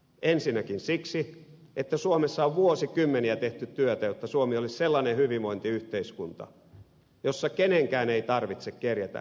ensinnäkin siksi että suomessa on vuosikymmeniä tehty työtä jotta suomi olisi sellainen hyvinvointiyhteiskunta jossa kenenkään ei tarvitse kerjätä henkensä pitimiksi